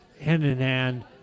hand-in-hand